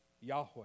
Yahweh